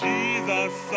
Jesus